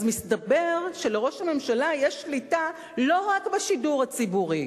אז מסתבר שלראש הממשלה יש שליטה לא רק בשידור הציבורי,